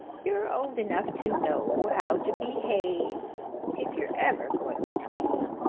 you're old enough to know how to behave if you're ever going to be.